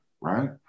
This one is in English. right